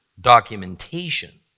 documentation